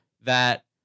that-